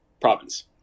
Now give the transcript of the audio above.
province